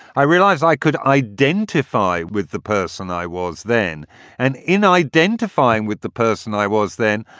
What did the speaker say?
i realised i could identify with the person i was then and in identifying with the person i was then,